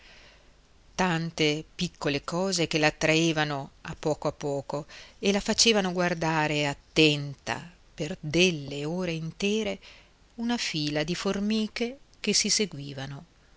tante piccole cose che l'attraevano a poco a poco e la facevano guardare attenta per delle ore intere una fila di formiche che si seguivano